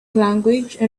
language